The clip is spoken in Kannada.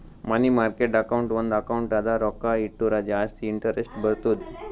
ಮನಿ ಮಾರ್ಕೆಟ್ ಅಕೌಂಟ್ ಒಂದ್ ಅಕೌಂಟ್ ಅದ ರೊಕ್ಕಾ ಇಟ್ಟುರ ಜಾಸ್ತಿ ಇಂಟರೆಸ್ಟ್ ಬರ್ತುದ್